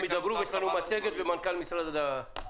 חברת הכנסת אימאן ח'טיב יאסין, בבקשה.